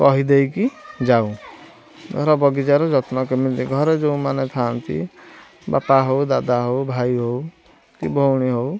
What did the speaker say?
କହି ଦେଇକି ଯାଉଁ ଧର ବଗିଚାର ଯତ୍ନ କେମିତି ଘରେ ଯେଉଁମାନେ ଥାଆନ୍ତି ବାପା ହଉ ଦାଦା ହଉ ଭାଇ ହଉ କି ଭଉଣୀ ହଉ